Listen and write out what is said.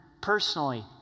personally